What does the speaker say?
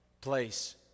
place